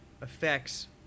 affects